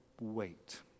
wait